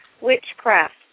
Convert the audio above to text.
Witchcraft